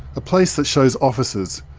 a place that shows officers,